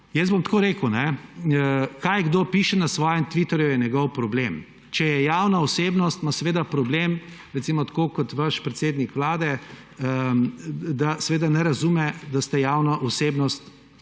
Jaz bom tako rekel. Kaj kdo piše na svojem Twitterju, je njegov problem. Če je javna osebnost, ima seveda problem, recimo tako kot vaš predsednik Vlade, da ne razume, da ste javna osebnost